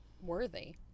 worthy